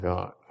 God